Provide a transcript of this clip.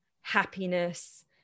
happiness